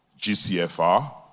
GCFR